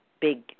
big